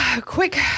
Quick